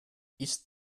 ist